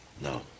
No